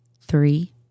three